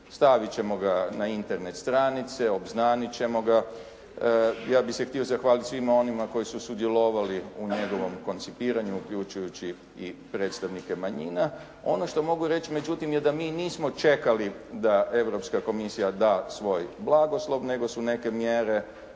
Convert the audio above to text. stavit ćemo ga na Internet stranice, obznanit ćemo ga. Ja bih se htio zahvaliti svima onima koji su sudjelovali u njegovom koncipiranju uključujući i predstavnike manjina. Ono što mogu reći međutim je da mi nismo čekali da Europska komisija da svoj blagoslov, nego su neke mjere